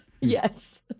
Yes